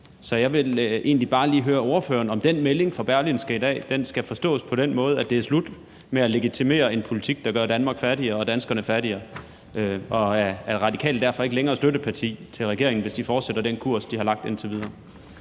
Så jeg vil egentlig bare lige høre ordføreren, om den melding fra Berlingske i dag skal forstås på den måde, at det er slut med at legitimere en politik, der gør Danmark og danskerne fattigere, og om Radikale derfor ikke længere er støtteparti til regeringen, hvis de fortsætter den kurs, de har lagt indtil videre.